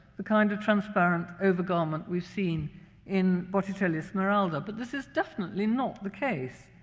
the kind of transparent overgarment we've seen in botticelli's smeralda, but this is definitely not the case.